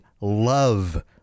love